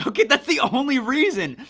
okay, that's the only reason.